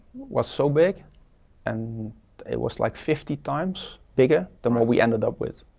was so big and it was like fifty times bigger than what we ended up with.